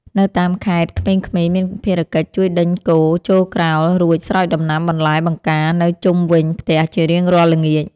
នៅតាមខេត្តក្មេងៗមានភារកិច្ចជួយដេញគោចូលក្រោលឬស្រោចដំណាំបន្លែបង្ការនៅជុំវិញផ្ទះជារៀងរាល់ល្ងាច។